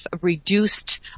reduced